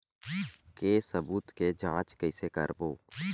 के सबूत के जांच कइसे करबो?